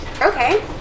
Okay